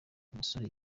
umusore